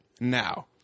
now